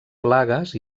plagues